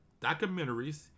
documentaries